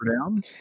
Down